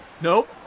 Nope